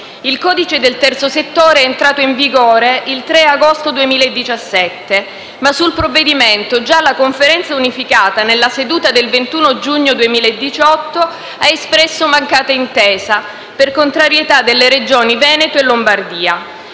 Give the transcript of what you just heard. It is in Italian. Il codice del terzo settore è entrato in vigore il 3 agosto 2017 ma sul provvedimento già la Conferenza unificata, nella seduta del 21 giugno 2018, non ha raggiunto un'intesa per contrarietà delle regioni Veneto e Lombardia.